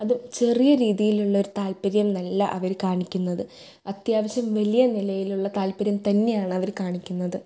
അതും ചെറിയ രീതിയിൽ ഉള്ളൊരു താൽപ്പര്യമൊന്നുമല്ല അവര് കാണിക്കുന്നത് അത്യാവശ്യം വലിയ നിലയിലുള്ള താൽപ്പര്യം തന്നെയാണവര് കാണിക്കുന്നത്